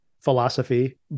philosophy